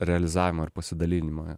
realizavimą ir pasidalinimą